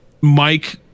Mike